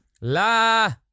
La